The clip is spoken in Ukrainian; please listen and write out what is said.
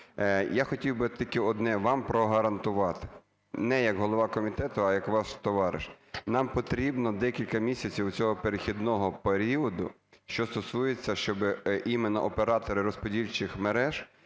Я хотів би тільки одне вам прогарантувати не як голова комітету, а як ваш товариш, нам потрібно декілька місяців цього перехідного періоду, що стосується, щоб іменно оператори розподільчих мереж